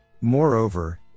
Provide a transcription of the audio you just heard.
Moreover